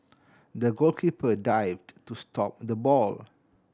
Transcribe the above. the goalkeeper dived to stop the ball